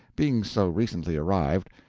being so recently arrived,